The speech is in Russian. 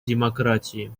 демократии